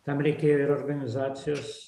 tam reikėjo ir organizacijos